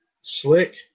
slick